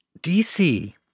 DC